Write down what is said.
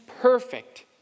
perfect